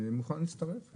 מוכן להצטרף.